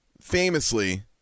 famously